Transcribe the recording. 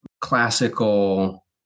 classical